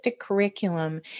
curriculum